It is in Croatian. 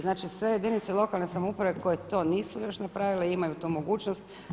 Znači, sve jedinice lokalne samouprave koje to nisu još napravile imaju tu mogućnost.